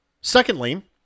Secondly